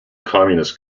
communist